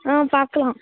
ஆ பார்க்கலாம்